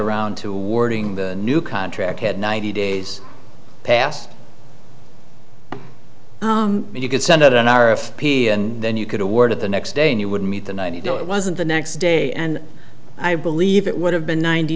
around to wording the new contract had ninety days passed and you could send out an r f p and then you could award of the next day and you would meet the ninety do it wasn't the next day and i believe it would have been ninety